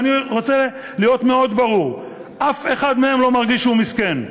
ואני רוצה להיות מאוד ברור: אף אחד מהם לא מרגיש שהוא מסכן,